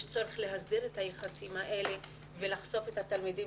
יש צורך להסדיר את היחסים האלה ולחשוף את התלמידים